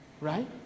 Right